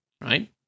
right